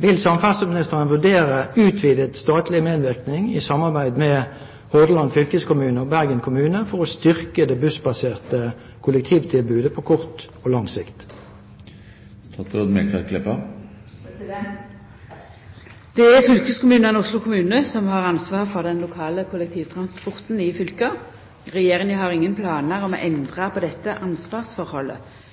Vil statsråden vurdere utvidet statlig medvirkning i samarbeid med Hordaland fylkeskommune og Bergen kommune for å styrke det bussbaserte kollektivtilbudet på kort og lang sikt?» Det er fylkeskommunane og Oslo kommune som har ansvar for den lokale kollektivtransporten i fylka. Regjeringa har ingen planar om å endra på dette ansvarsforholdet,